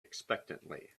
expectantly